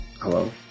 hello